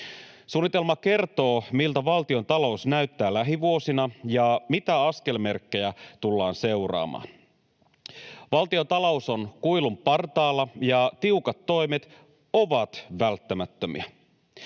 Suunnitelma kertoo, miltä valtiontalous näyttää lähivuosina ja mitä askelmerkkejä tullaan seuraamaan. Valtiontalous on kuilun partaalla, ja tiukat toimet ovat välttämättömiä.